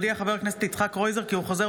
הודיע חבר הכנסת יצחק קרויזר כי הוא חוזר